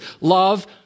love